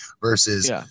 versus